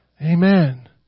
Amen